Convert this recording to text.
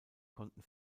konnten